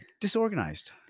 disorganized